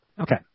Okay